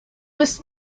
was